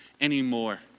anymore